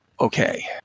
Okay